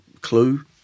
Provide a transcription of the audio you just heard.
clue